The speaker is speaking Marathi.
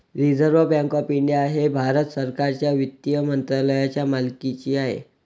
रिझर्व्ह बँक ऑफ इंडिया हे भारत सरकारच्या वित्त मंत्रालयाच्या मालकीचे आहे